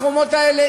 החומות האלה,